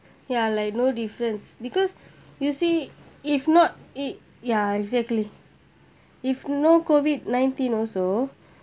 ya like no difference because you see if not it ya exactly if no COVID nineteen also